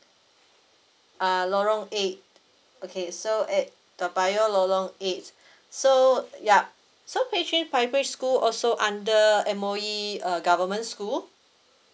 uh lorong eight okay so at toa payoh lorong eight so yup so pei chun primary school also under M_O_E uh government school